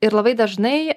ir labai dažnai